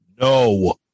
no